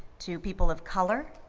to people of color,